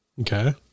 Okay